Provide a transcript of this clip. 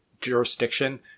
jurisdiction